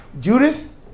Judith